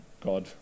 God